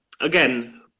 again